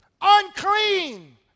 unclean